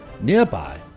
Nearby